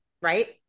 right